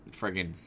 friggin